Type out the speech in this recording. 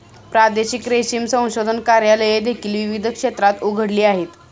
प्रादेशिक रेशीम संशोधन कार्यालये देखील विविध क्षेत्रात उघडली आहेत